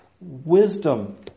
wisdom